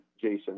Jason